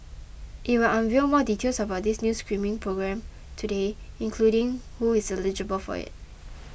it will unveil more details about this new screening programme today including who is eligible for it